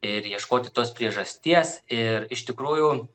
ir ieškoti tos priežasties ir iš tikrųjų